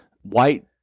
white